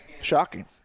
Shocking